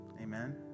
Amen